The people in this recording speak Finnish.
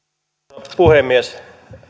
arvoisa puhemies